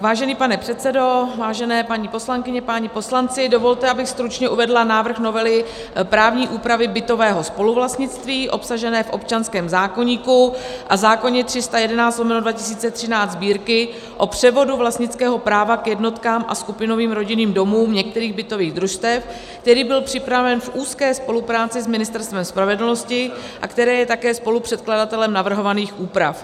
Vážený pane předsedo, vážené paní poslankyně, páni poslanci, dovolte, abych stručně uvedla návrh novely právní úpravy bytového spoluvlastnictví, obsažené v občanském zákoníku a zákoně 311/2013 Sb., o převodu vlastnického práva k jednotkám a skupinovým rodinným domům v některých bytových družstvech, který byl připraven v úzké spolupráci s Ministerstvem spravedlnosti, a které je také spolupředkladatelem navrhovaných úprav.